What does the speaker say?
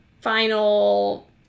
final